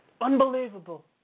Unbelievable